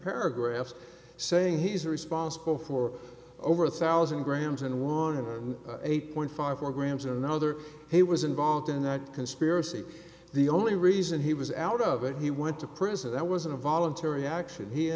paragraphs saying he's responsible for over a thousand grams and want to eight point five four grams another he was involved in that conspiracy the only reason he was out of it he went to prison that wasn't a voluntary action here